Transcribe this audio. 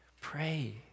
pray